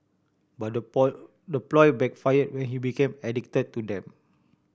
but the the ploy backfire when he became addicted to them